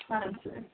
हजुर